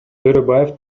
төрөбаев